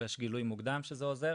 ויש גילוי מוקדם שזה עוזר,